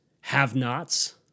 have-nots